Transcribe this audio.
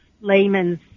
layman's